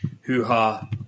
hoo-ha